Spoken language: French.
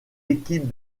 équipes